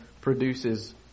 produces